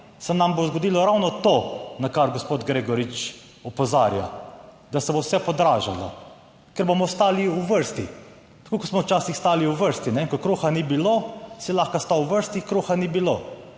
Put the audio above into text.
se nam bo zgodilo ravno to, na kar gospod Gregorič opozarja, da se bo vse podražilo, ker bomo stali v vrsti, tako kot smo včasih stali v vrsti. Ko kruha ni bilo, si lahko stal v vrsti, kruha ni bilo.